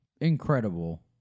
incredible